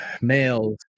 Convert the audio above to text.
males